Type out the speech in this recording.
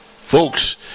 Folks